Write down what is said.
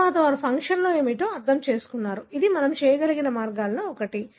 తరువాత వారు ఫంక్షన్ ఏమిటో అర్థం చేసుకున్నారు ఇది మనం చేయగలిగే మార్గాలలో ఒకటి